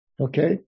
Okay